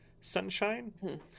sunshine